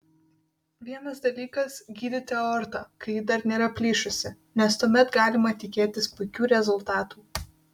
vienas dalykas gydyti aortą kai ji dar nėra plyšusi nes tuomet galima tikėtis puikių rezultatų